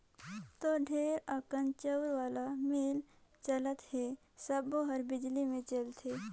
तोर ढेरे अकन चउर वाला मील चलत हे सबो हर बिजली मे चलथे